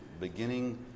beginning